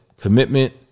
commitment